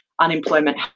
unemployment